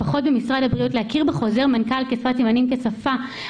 לפחות במשרד הבריאות להכיר בחוזר מנכ"ל כשפת סימנים כשפה.